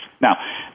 Now